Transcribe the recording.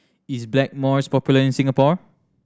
is Blackmores popular in Singapore